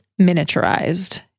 miniaturized